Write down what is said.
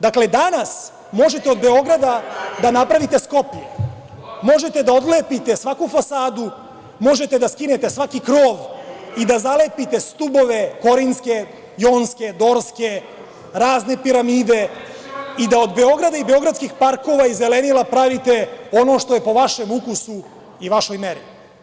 Dakle, danas možete od Beograda da napravite Skoplje, možete da odlepite svaku fasadu, možete da skinete svaki krov i da zalepite stubove korintske, jonske, dorske, razne piramide i da od Beograda i beogradskih parkova i zelenila pravite ono što je po vašem ukusu i vašoj meri.